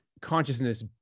consciousness